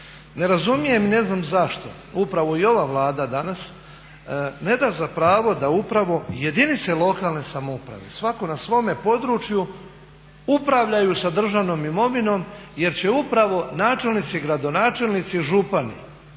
Ne razumijem i ne znam zašto upravo i ova Vlada danas neda za pravo da upravo jedinice lokalne samouprave svako na svome području upravljaju sa državnom imovinom jer će upravo načelnici i gradonačelnici i župani